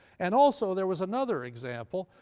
and also there was another example,